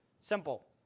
Simple